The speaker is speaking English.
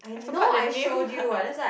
I forgot the name lah